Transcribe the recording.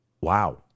Wow